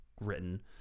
written